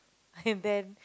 and then